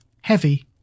Heavy